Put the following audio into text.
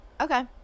Okay